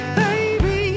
baby